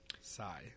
sigh